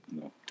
No